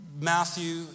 Matthew